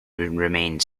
remained